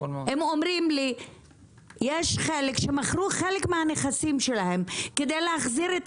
יש חלק שמכרו חלק מהנכסים שלהם כדי להחזיר את